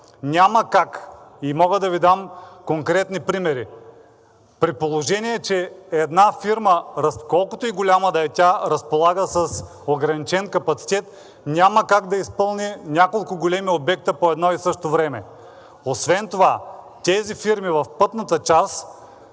Няма как. И мога да Ви дам конкретни примери. При положение че една фирма, колкото и голяма да е тя, разполага с ограничен капацитет, няма как да изпълни няколко големи обекта по едно и също време. Освен това тези фирми в пътната част,